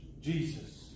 Jesus